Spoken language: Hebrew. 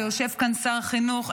ויושב כאן שר החינוך,